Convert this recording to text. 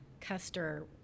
Custer